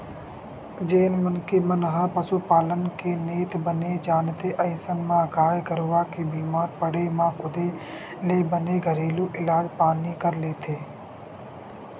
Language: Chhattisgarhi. जेन मनखे मन ह पसुपालन के नेत बने जानथे अइसन म गाय गरुवा के बीमार पड़े म खुदे ले बने घरेलू इलाज पानी कर लेथे